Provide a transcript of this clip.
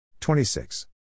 26